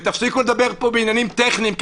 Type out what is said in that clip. ותפסיקו לדבר פה בעניינים טכניים,